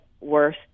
worse